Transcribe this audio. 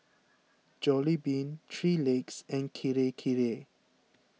Jollibean three Legs and Kirei Kirei